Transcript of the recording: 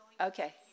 Okay